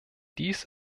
dies